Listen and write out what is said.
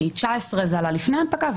כי 19 זה עלה לפני הנפקה,